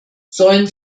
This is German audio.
sollen